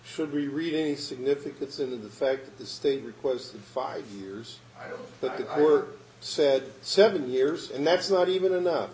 should we read any significance in the fact that the state requested five years or said seven years and that's not even enough